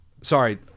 sorry